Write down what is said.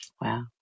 Wow